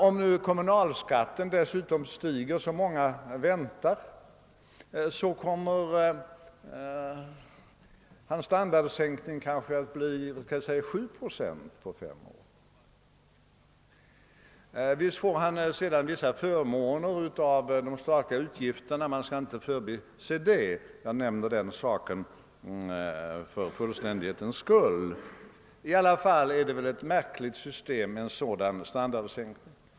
Om dessutom kommunalskatten — som många väntar — stiger med 1/2 procent årligen, kommer hans standardsänkning att bli omkring 7 procent på fem år. Visst får han sedan en del förmåner genom de statliga utgifterna — man skall inte förbise det; jag nämner det för fullständighetens skull — men det är väl ändå ett märkligt system med en automatisk standardsänkning.